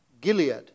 Gilead